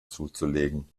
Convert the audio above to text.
zuzulegen